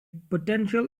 potential